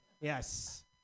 Yes